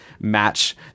match